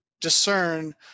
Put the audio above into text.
Discern